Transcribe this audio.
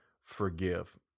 forgive